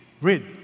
read